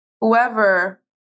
whoever